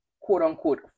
quote-unquote